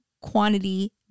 quantity